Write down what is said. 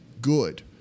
good